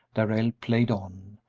darrell played on,